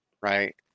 Right